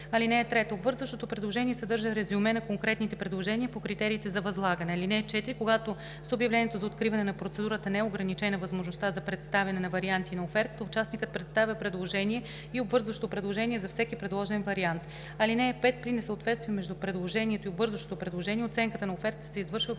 пари. (3) Обвързващото предложение съдържа резюме на конкретните предложения по критериите за възлагане. (4) Когато с обявлението за откриване на процедурата не е ограничена възможността за представяне на варианти на офертата, участникът представя предложение и обвързващо предложение за всеки предложен вариант. (5) При несъответствия между предложението и обвързващото предложение оценката на офертата се извършва по